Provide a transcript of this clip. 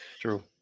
true